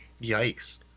Yikes